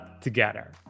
together